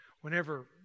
whenever